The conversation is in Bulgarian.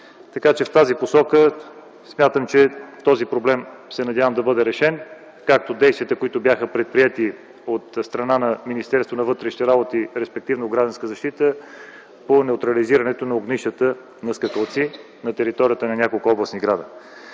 Така че в тази посока смятам този проблем да бъде решен, подобно на действията, които бяха предприети от страна на Министерството на вътрешните работи, респективно „Гражданска защита” по неутрализиране огнищата на скакалци на територията на няколко областни градове.